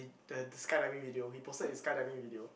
it the the skydiving video he posted his skydiving video